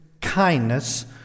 kindness